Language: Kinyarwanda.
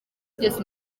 byose